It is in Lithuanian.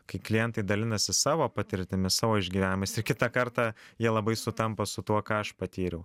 kai klientai dalinasi savo patirtimis savo išgyvenimais ir kitą kartą jie labai sutampa su tuo ką aš patyriau